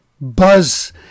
buzz